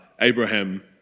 Abraham